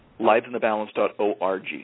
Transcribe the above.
livesinthebalance.org